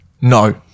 No